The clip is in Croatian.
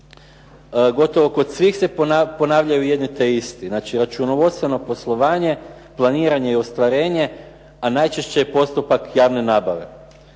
gotovo kod svih se ponavljaju jedni te isti. Znači, računovodstveno poslovanje, planiranje i ostvarenje, a najčešće je postupak javne nabave,